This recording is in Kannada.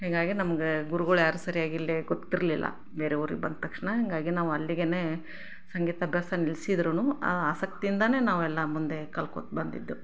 ಹೀಗಾಗಿ ನಮಗೆ ಗುರುಗಳು ಯಾರೂ ಸರಿಯಾಗಿ ಇಲ್ಲಿ ಗೊತ್ತಿರಲಿಲ್ಲ ಬೇರೆ ಊರಿಗೆ ಬಂದ ತಕ್ಷಣ ಹಾಗಾಗಿ ನಾವು ಅಲ್ಲಿಗೇ ಸಂಗೀತಾಭ್ಯಾಸ ನಿಲ್ಸಿದ್ರೂ ಆ ಆಸಕ್ತಿಯಿಂದಲೇ ನಾವೆಲ್ಲ ಮುಂದೆ ಕಲ್ತ್ಕೋತ ಬಂದಿದ್ದು